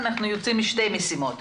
מכאן אנחנו יוצאים עם שתי משימות.